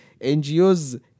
NGOs